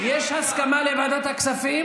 יש הסכמה על ועדת הכספים?